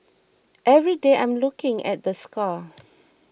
every day I'm looking at the scar